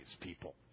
people